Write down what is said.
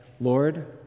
Lord